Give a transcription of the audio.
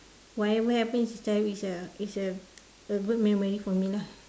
whatever happen in childhood is a is a good memory for me lah